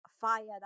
fired